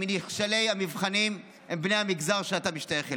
מנכשלי המבחנים הם בני המגזר שאתה משתייך אליו.